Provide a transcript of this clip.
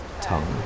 tongue